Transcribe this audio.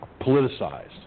politicized